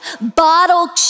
bottle